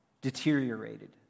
deteriorated